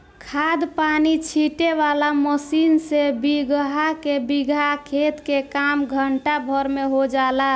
खाद पानी छीटे वाला मशीन से बीगहा के बीगहा खेत के काम घंटा भर में हो जाला